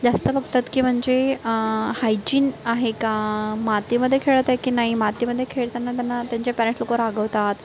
जास्त बघतात की म्हणजे हायजिन आहे का मातीमध्ये खेळत आहे की नाही मातीमध्ये खेळताना त्यांना त्यांचे पॅरेण्ट लोकं रागवतात